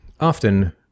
Often